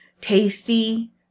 tasty